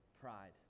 Pride